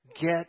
Get